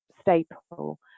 staple